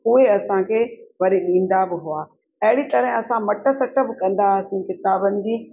उहे असांखे वरी ईंदा हुआ अहिड़ी तरह सां मटि सटि बि कंदा हुआसीं किताबनि जी